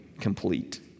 complete